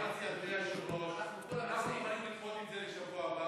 מי מסתכל על עם ישראל ונותן לו דין וחשבון?